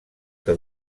que